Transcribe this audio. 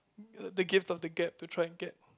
uh the gift of the gap to try and get